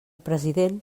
president